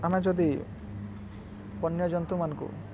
ଆମେ ଯଦି ବନ୍ୟ ଜନ୍ତୁମାନଙ୍କୁ